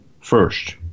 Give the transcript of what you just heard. first